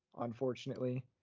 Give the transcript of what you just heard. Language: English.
unfortunately